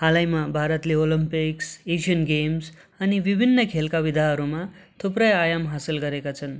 हालैमा भारतले Olympics Asian Games अनि विभिन्न खेलका विधाहरूमा थुप्रै आयाम हासिल गरेका छन्